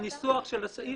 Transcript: ניסוח סעיף